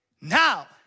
Now